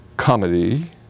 comedy